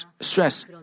stress